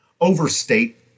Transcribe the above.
overstate